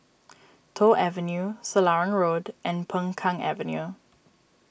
Toh Avenue Selarang Road and Peng Kang Avenue